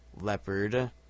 Leopard